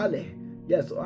Yes